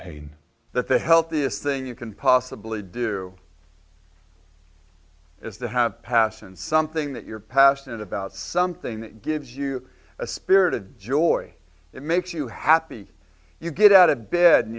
pain that the healthiest thing you can possibly do is to have passed and something that you're passionate about something that gives you a spirit of joy it makes you happy you get out of bed and